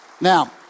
Now